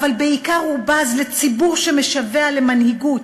אבל בעיקר הוא בז לציבור, שמשווע למנהיגות,